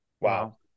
Wow